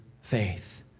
faith